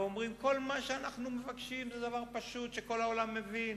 ואומרים: כל מה שאנחנו מבקשים זה דבר פשוט שכל העולם מבין